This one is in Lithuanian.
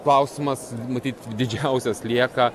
klausimas matyt didžiausias lieka